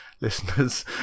listeners